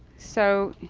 so